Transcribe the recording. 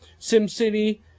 SimCity